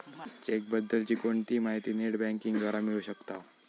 check बद्दल ची कोणतीही माहिती नेट बँकिंग द्वारा मिळू शकताव